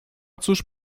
cóż